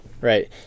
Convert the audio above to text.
Right